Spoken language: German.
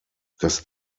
das